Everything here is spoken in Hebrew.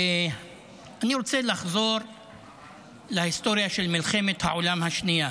אני רוצה לחזור להיסטוריה של מלחמת העולם השנייה,